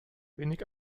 wenig